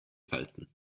falten